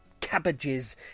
cabbages